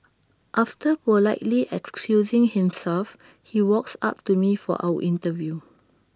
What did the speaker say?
after politely excusing himself he walks up to me for our interview